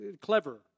clever